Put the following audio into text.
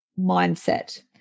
mindset